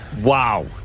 Wow